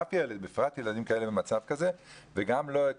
אף ילד אי אפשר להפקיר ובפרט ילדים כאלה במצב כזה וגם לא את